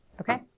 Okay